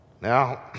Now